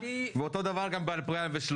ואותו דבר גם ב-2013.